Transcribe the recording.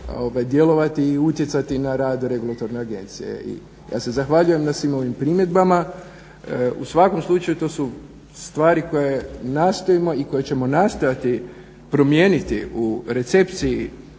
djelovati i utjecati na rad regulatorne agencije. Ja se zahvaljujem na svim ovim primjedbama. U svakom slučaju to su stvari koje nastojimo i koje ćemo nastojati promijeniti u recepciji